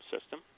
system